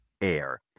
air